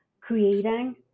creating